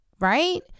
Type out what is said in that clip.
right